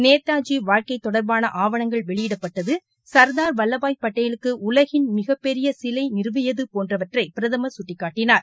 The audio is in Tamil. நேதாஜி வாழ்க்கை தொடர்பாள ஆவணங்கள் வெளியிடப்பட்டது சர்தார் வல்வபாய் பட்டேலுக்கு உலகின் மிகப்பெரிய சிலை நிறுவியது போன்றவற்றை பிரதமர் சுட்டிக்காட்டினார்